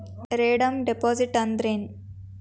Redeem deposit ಅಂದ್ರೇನ್?